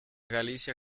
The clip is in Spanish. galicia